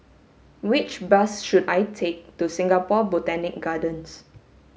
which bus should I take to Singapore Botanic Gardens